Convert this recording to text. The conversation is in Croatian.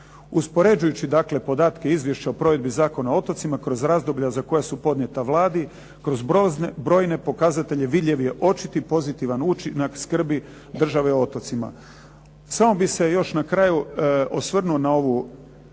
Uspoređujući dakle podatke Izvješća o provedbi Zakona o otocima kroz razdoblja za koja su podnijeta Vladi kroz brojne pokazatelje vidljiv je očit i pozitivan učinak skrbi države o otocima. Samo bih se još na kraju osvrnuo na ovo